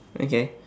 okay